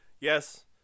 yes